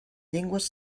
llengües